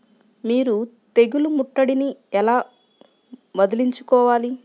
మీరు తెగులు ముట్టడిని ఎలా వదిలించుకోవాలి?